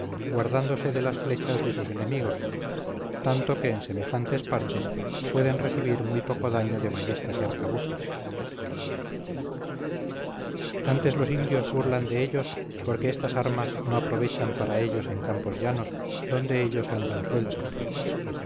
guardándose de las flechas de sus enemigos tanto que en semejantes partes pueden recibir muy poco daño de ballestas y arcabuces antes los indios burlan de ellos porque estas armas no aprovechan para ellos en campos llanos adonde ellos andan sueltos